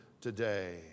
today